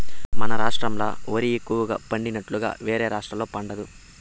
మన రాష్ట్రాల ఓరి ఎక్కువగా పండినట్లుగా వేరే రాష్టాల్లో పండదు